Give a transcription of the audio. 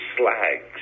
Slags